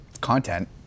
Content